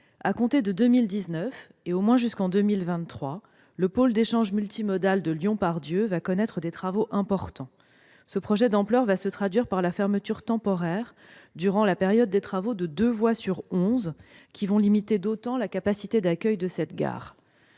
À compter de 2019, et au moins jusqu'en 2023, le pôle d'échanges multimodal de Lyon-Part-Dieu va connaître des travaux importants. Ce projet d'ampleur va se traduire par la fermeture temporaire durant la période de deux voies sur onze qui va limiter d'autant la capacité d'accueil de cette gare.